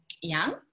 Young